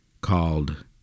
called